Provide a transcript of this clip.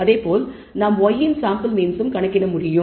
அதேபோல் நாம் y இன் சாம்பிள் மீன்ஸ் கணக்கிட முடியும்